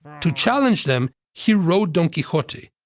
to challenge them, he wrote don quixote,